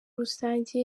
rusange